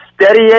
Steady